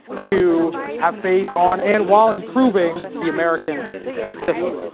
to have faith on and while improving the american system.